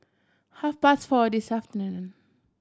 half past four this afternoon